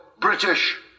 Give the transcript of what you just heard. British